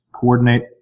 coordinate